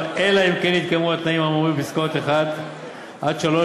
אלא אם כן התקיימו התנאים האמורים בפסקאות (1) (3) לסעיף